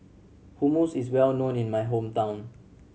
hummus is well known in my hometown